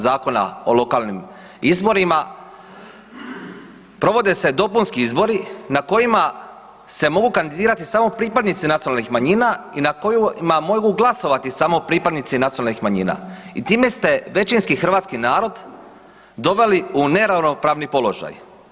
Zakona o lokalnim izborima, provode se dopunski izbori na kojima se mogu kandidirati samo pripadnici nacionalnih manjina i na kojima mogu glasovati samo pripadnici nacionalnih manjima i time ste većinski hrvatski narod doveli u neravnopravni položaj.